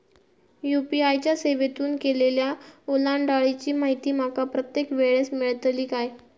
UPI च्या सेवेतून केलेल्या ओलांडाळीची माहिती माका प्रत्येक वेळेस मेलतळी काय?